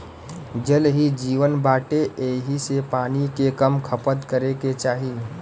जल ही जीवन बाटे एही से पानी के कम खपत करे के चाही